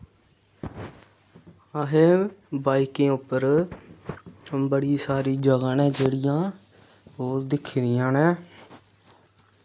असें बाइकें उप्पर बड़ी सारी जगहं न जेह्ड़ियां ओह् दिक्खी दियां न